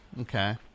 Okay